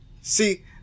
See